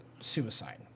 suicide